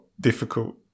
difficult